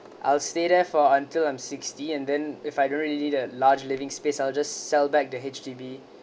I'll stay there for until I'm sixty and then if I don't really need the large living space I'll just sell back the H_D_B